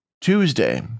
Tuesday